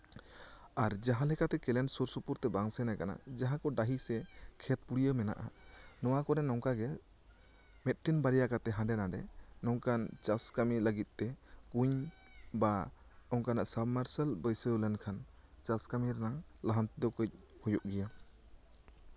ᱟᱨ ᱡᱟᱦᱟᱸ ᱞᱮᱠᱟᱛᱮ ᱠᱮᱞᱮᱱ ᱥᱩᱨ ᱥᱩᱯᱩᱨ ᱛᱮ ᱵᱟᱝ ᱥᱮᱱ ᱠᱟᱱᱟ ᱡᱟᱦᱟᱸ ᱠᱚ ᱰᱟᱦᱤ ᱥᱮᱜ ᱠᱷᱮᱛ ᱯᱩᱲᱭᱟᱹ ᱢᱮᱱᱟᱜᱼᱟ ᱱᱚᱣᱟ ᱠᱚᱨᱮᱜ ᱱᱚᱝᱠᱟ ᱜᱮ ᱢᱤᱫᱴᱤᱝ ᱵᱟᱨᱭᱟ ᱠᱟᱛᱮᱜ ᱦᱟᱱᱰᱮ ᱱᱷᱟᱰᱮ ᱱᱚᱝᱠᱟᱱ ᱪᱟᱥ ᱠᱟᱢᱤ ᱞᱟᱜᱤᱫᱛᱮ ᱠᱩᱧ ᱵᱟ ᱚᱱᱠᱟᱱᱟᱜ ᱥᱟᱵᱢᱟᱨᱥᱟᱞ ᱵᱟᱹᱭᱥᱟᱹᱣ ᱞᱮᱱᱠᱷᱟᱱ ᱪᱟᱥ ᱠᱟᱢᱤ ᱨᱮᱱᱟᱜ ᱞᱟᱦᱟᱱᱛᱤ ᱫᱚ ᱠᱟᱹᱪ ᱦᱩᱭᱩᱜ ᱜᱮᱭᱟ